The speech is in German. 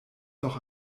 doch